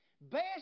best